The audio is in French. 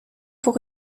pour